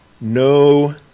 No